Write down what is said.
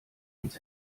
ans